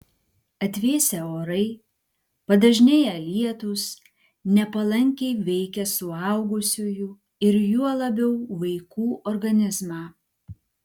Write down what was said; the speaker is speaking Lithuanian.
atvėsę orai padažnėję lietūs nepalankiai veikia suaugusiųjų ir juo labiau vaikų organizmą